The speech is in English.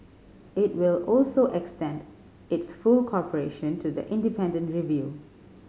it will also extend its full cooperation to the independent review